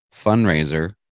fundraiser